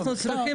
אנחנו צריכים